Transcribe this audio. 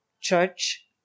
church